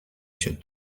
się